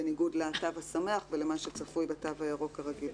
בניגוד לתו השמח ולמה שצפוי בתו הירוק הרגיל.